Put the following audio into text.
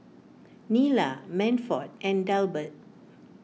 Nila Manford and Delbert